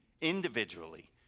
individually